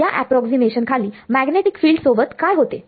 या अप्रॉक्सीमेशन खाली magnetic field सोबत काय होते